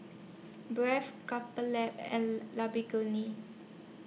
Bragg Couple Lab and Lamborghini